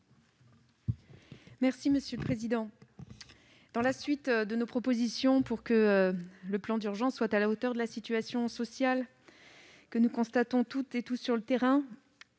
Cet amendement, qui prolonge nos propositions pour que le plan d'urgence soit à la hauteur de la situation sociale que nous constatons toutes et tous sur le terrain,